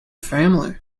family